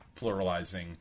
Pluralizing